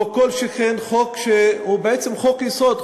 לא כל שכן חוק שהוא בעצם חוק-יסוד,